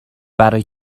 برای